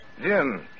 Jim